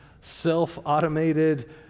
self-automated